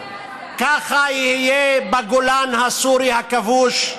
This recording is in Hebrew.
ככה יהיה בגולן הסורי הכבוש.